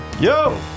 Yo